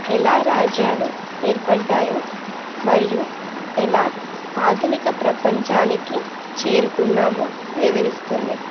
ఎలా రాజ్యాలు ఏర్పడ్డాయో మరియు ఎలా ఆధునిక ప్రపంచానికి చేరుకున్నామొ వివరిస్తుంది